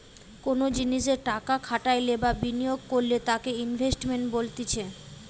কোনো জিনিসে টাকা খাটাইলে বা বিনিয়োগ করলে তাকে ইনভেস্টমেন্ট বলতিছে